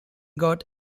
got